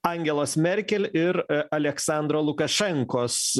angelos merkel ir aleksandro lukašenkos